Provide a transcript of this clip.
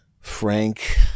Frank